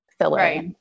filler